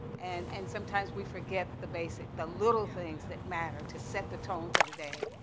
and and sometimes we forget the basic. the little things that matter to set the tone for the day.